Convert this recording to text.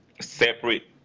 separate